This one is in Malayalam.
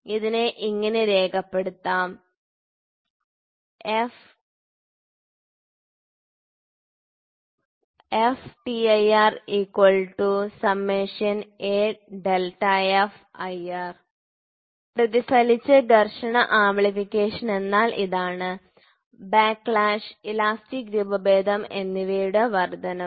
ഇതിനെ ഇങ്ങനെ രേഖപ്പെടുത്താം FtirAFir പ്രതിഫലിച്ച ഘർഷണ ആംപ്ലിഫിക്കേഷൻ എന്നാൽ ഇതാണ് ബാക്ക്ലാഷ് ഇലാസ്റ്റിക് രൂപഭേദം എന്നിവയുടെ വർദ്ധനവ്